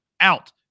Out